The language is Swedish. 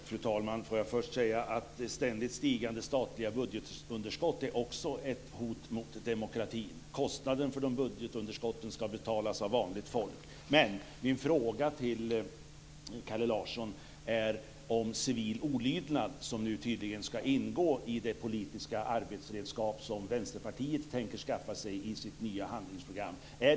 Fru talman! Låt mig först säga att ständigt stigande statliga budgetunderskott också är ett hot mot demokratin. Kostnaden för de budgetunderskotten ska betalas av vanligt folk. Men min fråga till Kalle Larsson handlar om civil olydnad, som nu tydligen ska ingå i de politiska arbetsredskap som Vänsterpartiet tänker skaffa sig i sitt nya handlingsprogram.